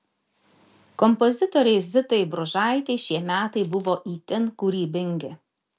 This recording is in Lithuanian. kompozitorei zitai bružaitei šie metai buvo itin kūrybingi